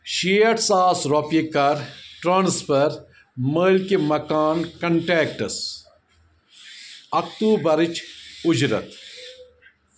شیٹھ ساس رۄپیہِ کَر ٹرٛانسفر مٲلکہِ مَکان کنٹیکٹَس اکٹوٗبرٕچ اُجرت